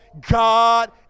God